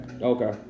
Okay